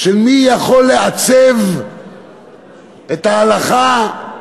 של מי יכול לעצב את ההלכה,